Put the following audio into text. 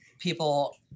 people